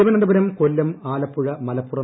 Thiruvananthapuram Kollam Alappuzha Malappuram